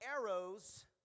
arrows